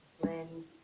friends